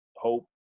hope